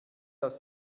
aus